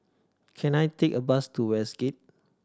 can I take a bus to Westgate